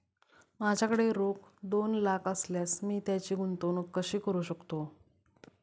माझ्याकडे रोख दोन लाख असल्यास मी त्याची गुंतवणूक कशी करू शकतो?